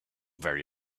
very